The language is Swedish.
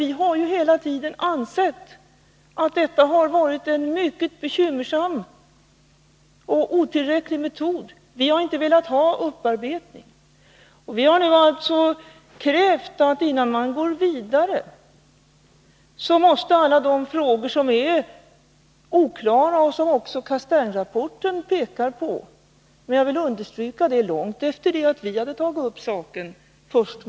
Vi har ju hela tiden ansett att detta har varit en mycket bekymmersam och otillräcklig metod. Vi har inte velat ha upparbetning. Vi har nu alltså krävt att man innan man går vidare måste klarlägga alla de frågor som inte är färdigbehandlade och som det också pekas på i Castaingrapporten. Jag vill dock understryka att denna framlades långt efter det att vi hade tagit upp dessa spörsmål.